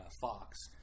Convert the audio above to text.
Fox